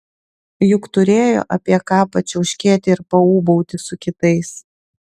juk turėjo apie ką pačiauškėti ir paūbauti su kitais